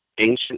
Ancient